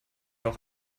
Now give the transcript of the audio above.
auch